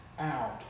out